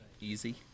easy